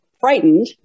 frightened